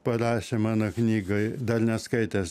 parašė mano knygai dar neskaitęs